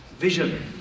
vision